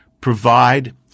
provide